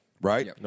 Right